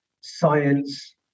science